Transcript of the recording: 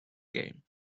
game